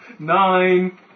Nine